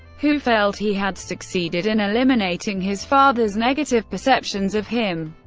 who felt he had succeeded in eliminating his father's negative perceptions of him.